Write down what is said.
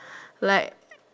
like